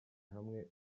hamwe